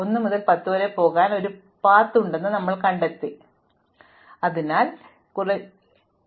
1 മുതൽ 10 വരെ പോകാൻ ഒരു വഴിയുണ്ടെന്ന് ഞാൻ കണ്ടെത്തി പക്ഷേ അയൽവാസികളുടെ ഗണം ആസൂത്രിതമായി വികസിപ്പിക്കുന്നത് എനിക്ക് ഒരു സമയം ഒരു ലെവലിൽ എത്താൻ കഴിയും